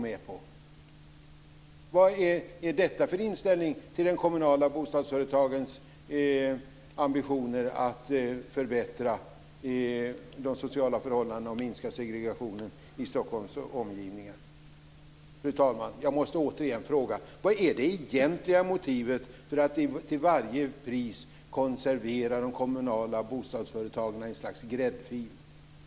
Vad är detta för inställning till de kommunala bostadsföretagens ambitioner att förbättra de sociala förhållandena och minska segregationen i Stockholms omgivningar? Fru talman! Jag måste återigen fråga: Vad är det egentliga motivet för att till varje pris konservera de kommunala bostadsföretagen i ett slags gräddfil?